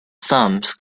sums